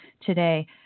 today